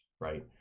Right